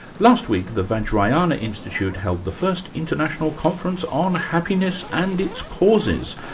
last week, the vajrayana institute held the first international conference on happiness and its causes.